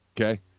okay